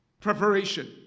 Preparation